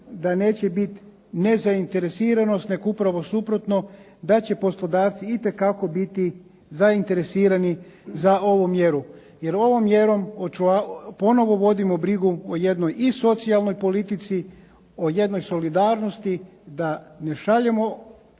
da neće bit nezainteresiranost, nego upravo suprotno, da će poslodavci itekako biti zainteresirani za ovu mjeru jer ovom mjerom ponovo vodimo brigu o jednoj i socijalnoj politici, o jednoj solidarnosti da ne šaljemo